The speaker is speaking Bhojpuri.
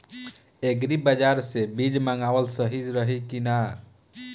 एग्री बाज़ार से बीज मंगावल सही रही की ना?